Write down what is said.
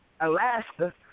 Alaska